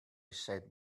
said